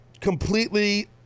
completely